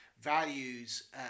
values